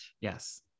Yes